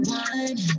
one